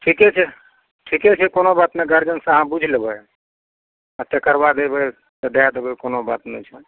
ठीके छै ठीके छै कोनो बात नहि गार्जियनसँ अहाँ बुझि लेबै आ तेकर बाद एबै तऽ दए देबै कोनो बात नहि छै